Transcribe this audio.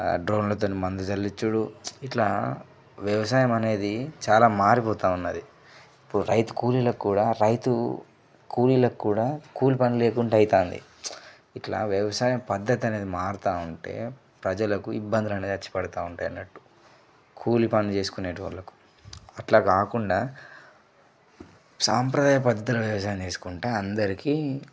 డ్రోన్లతోని మందు చల్లిచ్చుడు ఇట్లా వ్యవసాయం అనేది చాలా మారిపోతూ ఉన్నది ఇప్పుడు రైతు కూలీలకు కూడా రైతు కూలీలకు కూడా కూలి పని లేకుండా అవుతోంది ఇట్లా వ్యవసాయం పద్ధతి అనేది మారుతా ఉంటే ప్రజలకు ఇబ్బందులు అనేది వచ్చి పడతా ఉంటాయి అన్నట్టు కూలి పని చేసుకునేటోళ్లకు అట్లా కాకుండా సాంప్రదాయ పద్ధతులు వ్యవసాయం చేసుకుంటే అందరికీ